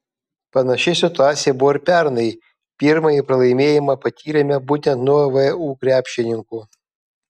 panaši situacija buvo ir pernai pirmąjį pralaimėjimą patyrėme būtent nuo vu krepšininkų